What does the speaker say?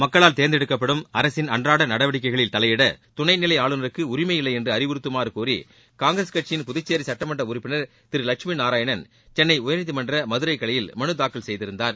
மக்களால் தேர்ந்தெடுக்கப்படும் அரசின் அன்றாட நடவடிக்கைகளில் தலையிட துணைநிலை ஆளுநருக்கு உரிமையில்லை என்று அறிவுறுத்தமாறு கோரி காங்கிரஸ் கட்சியின் புதங்கேரி சட்டமன்ற உறுப்பினர் திரு லட்சுமி நாராயணள் சென்னை உயர்நீதிமன்ற மதுரை கிளையில் மனு தாக்கல் செய்திருந்தார்